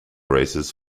races